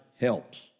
helps